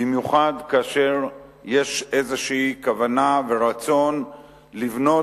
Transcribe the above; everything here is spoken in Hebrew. במיוחד כאשר יש איזה כוונה ורצון לבנות